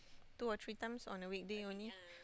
two or three times on a weekday only